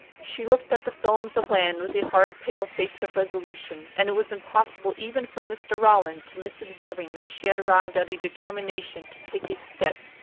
she looked at the films of land with a hard, pale face of resolution, and it was impossible even for mr. ralland to miss observing that she had arrived at a determination to take a step,